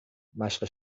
مشق